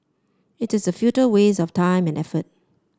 it is a futile waste of time and effort